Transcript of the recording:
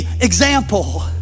example